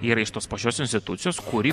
yra iš tos pačios institucijos kuri